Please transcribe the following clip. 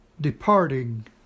departing